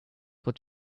what